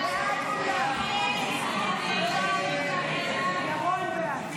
הסתייגות 181 לא נתקבלה.